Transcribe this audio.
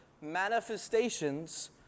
manifestations